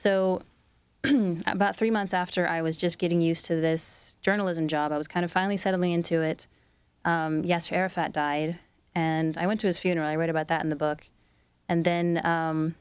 so about three months after i was just getting used to this journalism job i was kind of finally settling into it yes arafat died and i went to his funeral i read about that in the book and then